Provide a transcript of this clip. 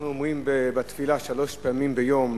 אנחנו אומרים בתפילה, שלוש פעמים ביום,